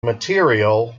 material